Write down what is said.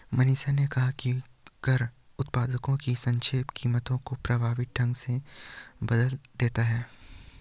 मनीषा ने कहा कि कर उत्पादों की सापेक्ष कीमतों को प्रभावी ढंग से बदल देता है